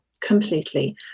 completely